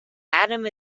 adam